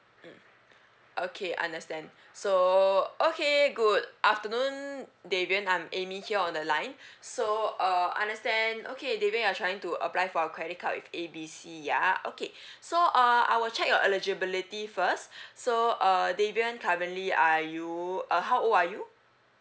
mm okay understand so okay good afternoon davian I'm amy here on the line so uh understand okay davian you are trying to apply for a credit card with A B C ya okay so uh I will check your eligibility first so uh davian currently are you uh how old are you